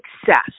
success